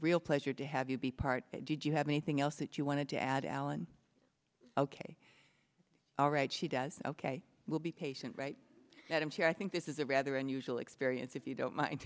real pleasure to have you be part did you have anything else that you wanted to add alan ok all right she does ok we'll be patient right now i'm sure i think this is a rather unusual experience if you don't mind